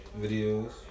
videos